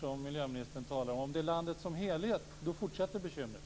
Om det är fråga om landet som helhet fortsätter bekymren.